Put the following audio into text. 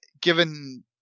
Given